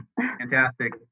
Fantastic